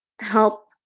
help